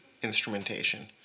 instrumentation